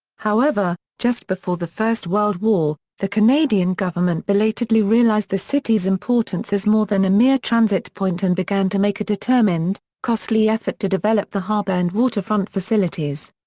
however, just before the first world war, the canadian government belatedly realized the city's importance as more than a mere transit point and began to make a determined, costly effort to develop the harbour and waterfront facilities.